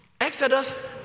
Exodus